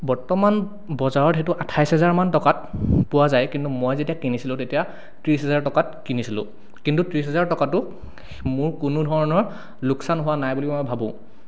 বৰ্তমান বজাৰত সেইটো আঠাইশ হাজাৰ মান টকাত পোৱা যায় কিন্তু মই যেতিয়া কিনিছিলোঁ তেতিয়া ত্ৰিছ হাজাৰ টকাত কিনিছিলোঁ কিন্তু ত্ৰিছ হাজাৰ টকাটো মোৰ কোনো ধৰণৰ লোকচান হোৱা নাই বুলি মই ভাবোঁ